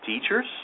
teachers